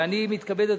אני מתכבד,